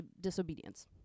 disobedience